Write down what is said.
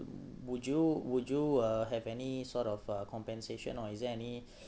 would you would you uh have any sort of uh compensation or is there any